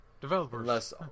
Developers